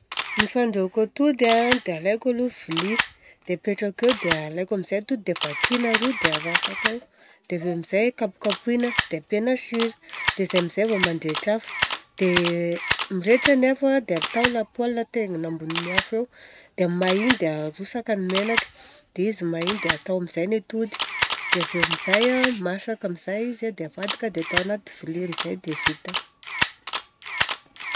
Ny fandrahoako atody an dia alaiko aloha vilia dia apetrako eo. Dia alaiko amizay ny atody dia vakiana roy, dia alatsako ao. Dia avy eo amizay kapokapohina, dia apiana sira. Dia zay amizay vao mandrehitra afo. Dia mirehitra ny afo dia atao lapoaly atengina ambon'ny afo eo. Dia may dia arotsaka ny menaka dia izy may igny dia arotsaka ny atody. Dia avy eo amizay masaka amizay izy an, dia avadika dia atao agnaty vilia amizay. Dia vita.